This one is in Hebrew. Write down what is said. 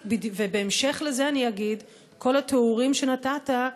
בהמשך לזה אני אגיד שכל התיאורים שנתת,